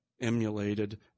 emulated